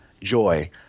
joy